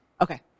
Okay